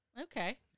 Okay